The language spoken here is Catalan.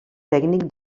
tècnic